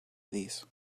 these